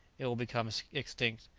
it will become extinct.